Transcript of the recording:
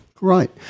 Right